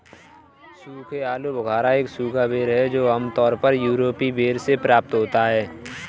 सूखे आलूबुखारा एक सूखा बेर है जो आमतौर पर यूरोपीय बेर से प्राप्त होता है